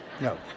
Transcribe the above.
No